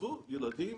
תתקצבו ילדים